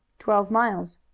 twelve miles.